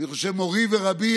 מורי ורבי,